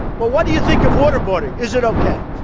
well what do you think of waterboarding. is it ok.